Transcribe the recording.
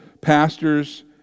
pastors